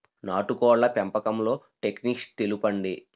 నాటుకోడ్ల పెంపకంలో టెక్నిక్స్ తెలుపండి?